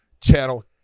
channel